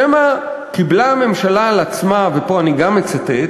"שמא קיבלה הממשלה על עצמה" ופה אני גם מצטט,